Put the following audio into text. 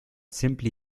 simply